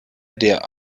der